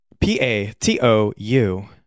P-A-T-O-U